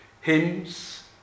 hymns